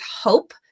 hope